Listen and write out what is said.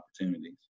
opportunities